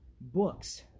Books